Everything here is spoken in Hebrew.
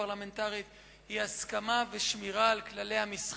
פרלמנטרית הוא הסכמה ושמירה על כללי המשחק.